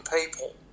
people